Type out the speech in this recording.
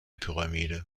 pyramide